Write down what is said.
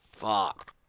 fuck